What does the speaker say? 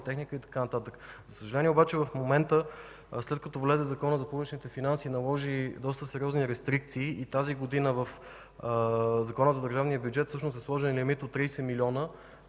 За съжаление обаче, след като влезе в сила, Законът за публичните финанси наложи доста сериозни рестрикции. Тази година в Закона за държавния бюджет всъщност е сложен лимит от 30 милиона,